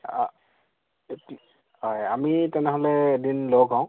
অঁ এইটো হয় আমি তেনেহ'লে এদিন লগ হওঁ